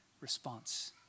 response